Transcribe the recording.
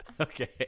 okay